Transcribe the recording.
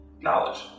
knowledge